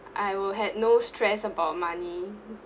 I would have no stress about money